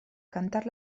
cantar